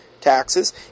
taxes